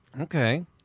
Okay